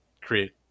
create